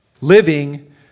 living